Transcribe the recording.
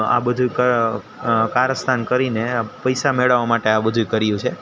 આ બધું કારસ્તાન કરીને પૈસા મેળવવા માટે આ બધું ય કર્યું છે